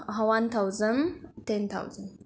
one thousand ten thousand